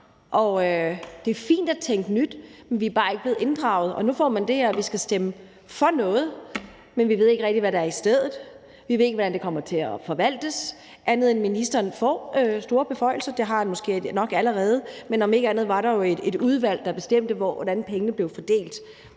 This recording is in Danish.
Det er fint at tænke nyt, men vi er bare ikke blevet inddraget, og nu får vi det her. Vi skal stemme for noget, men vi ved ikke rigtig, hvad der kommer i stedet. Vi ved ikke, hvordan det kommer til at blive forvaltet, andet end at ministeren får store beføjelser. Det har han måske nok allerede, men om ikke andet var der jo et udvalg, der bestemte, hvordan pengene skulle fordeles.